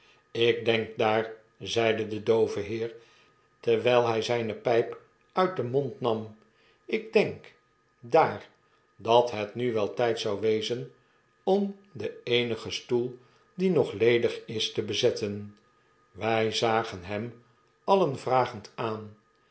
jk denk daar zeide de doove heer terwyl hy zyne pijp uit den mond nam ik denk daar dat het nu wel tijd zou wezen om den eenigen stoel die nog ledig is te bezetten wy zagen hem alien vragend aan